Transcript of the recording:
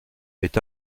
est